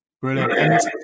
Brilliant